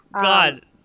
God